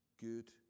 good